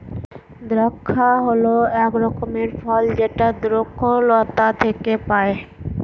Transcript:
দ্রাক্ষা হল এক রকমের ফল যেটা দ্রক্ষলতা থেকে পায়